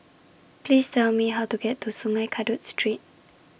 Please Tell Me How to get to Sungei Kadut Street